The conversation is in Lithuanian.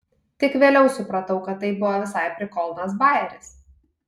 tik vėliau supratau kad tai buvo visai prikolnas bajeris